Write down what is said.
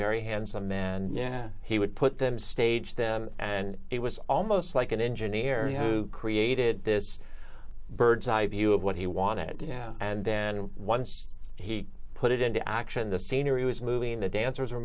very handsome man and yeah he would put them stage then and it was almost like an engineer who created this bird's eye view of what he wanted and then once he put it into action the scenery was moving the dancers are